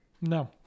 No